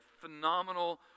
phenomenal